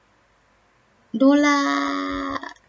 don't lah